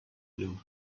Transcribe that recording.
blue